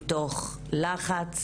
מתוך לחץ,